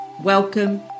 Welcome